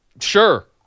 Sure